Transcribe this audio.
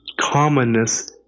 commonness